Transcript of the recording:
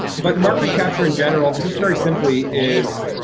but mark recapture in general, just very simply is,